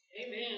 Amen